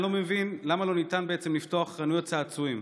אני לא מבין למה לא ניתן בעצם לפתוח חנויות צעצועים.